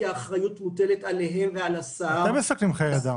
כי האחריות מוטלת עליהם ועל השר -- אתם מסכנים חיי אדם.